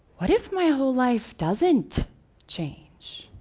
what if my whole life doesn't change?